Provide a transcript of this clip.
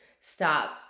stop